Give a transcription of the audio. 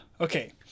Okay